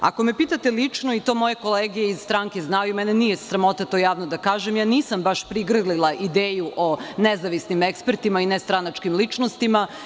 Ako me pitate lično, i to moje kolege iz stranke znaju i mene nije sramota to javno da kažem, ja nisam baš prigrlila ideju o nezavisnim ekspertima i nestranačkim ličnostima.